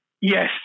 Yes